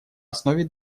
основе